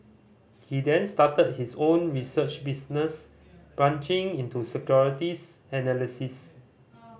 he then started his own research business branching into securities analysis